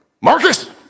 Marcus